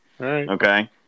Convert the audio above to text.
Okay